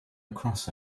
across